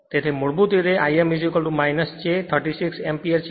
તેથી મૂળભૂત રીતે તે Im j 36 એમ્પીયર છે